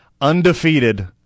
undefeated